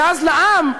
ואז לעם,